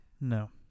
No